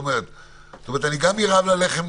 אני גם ארעב ללחם,